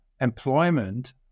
employment